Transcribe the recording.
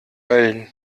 mölln